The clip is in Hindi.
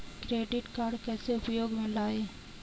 क्रेडिट कार्ड कैसे उपयोग में लाएँ?